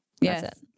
yes